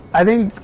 i think,